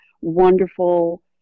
wonderful